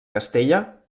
castella